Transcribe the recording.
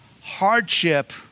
Hardship